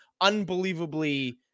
unbelievably